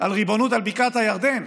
על ריבונות על בקעת הירדן,